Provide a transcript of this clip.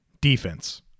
defense